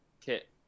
kit